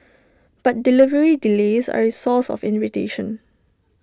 but delivery delays are A source of irritation